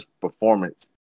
performance